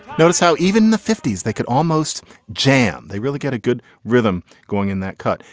notice how even the fifty s. they could almost jam. they really get a good rhythm going in that cut.